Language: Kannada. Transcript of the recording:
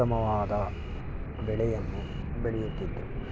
ಉತ್ತಮವಾದ ಬೆಳೆಯನ್ನು ಬೆಳೆಯುತ್ತಿದ್ದರು